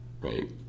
right